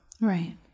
Right